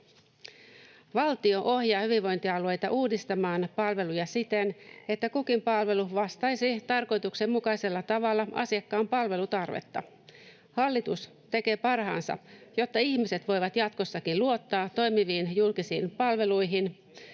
Valtio ohjaa hyvinvointialueita uudistamaan palvelujaan siten, että kukin palvelu vastaisi tarkoituksenmukaisella tavalla asiakkaan palvelutarvetta. Hallitus tekee parhaansa, jotta ihmiset voivat jatkossakin luottaa toimiviin julkisiin palveluihin